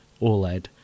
OLED